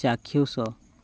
ଚାକ୍ଷୁଷ